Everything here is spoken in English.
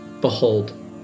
behold